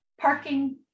parking